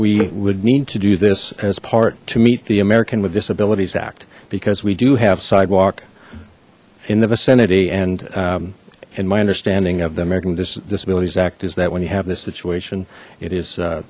we would need to do this as part to meet the american with disabilities act because we do have sidewalk in the vicinity and in my understanding of the american disabilities act is that when you have this situation it is